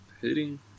Hitting